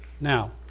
Now